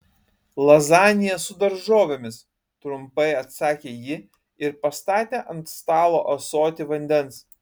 lazanija su daržovėmis trumpai atsakė ji ir pastatė ant stalo ąsotį vandens